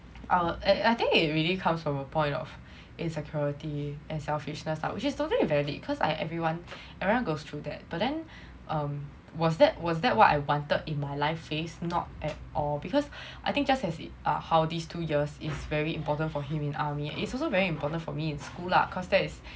ah and I think it really comes from a point of insecurity and selfishness lah which is totally valid cause I everyone everyone goes through that but then was that was that what I wanted in my life phase not at all because I think just as it uh how these two years is very important for him in army is also very important for me in school lah cause that is